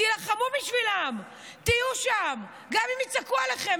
תילחמו בשבילם, תהיו שם, גם אם יצעקו עליכם.